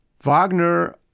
Wagner